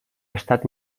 estat